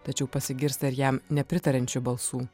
tačiau pasigirsta ir jam nepritariančių balsų